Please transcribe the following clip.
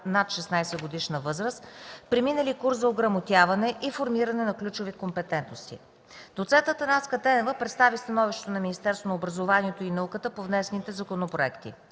над 16-годишна възраст, преминали курс за ограмотяване и формиране на ключови компетентности. Доцент Атанаска Тенева представи становището на Министерството на образованието и науката по внесените законопроекти.